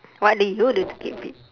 what did you do to keep fit